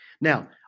Now